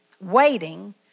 waiting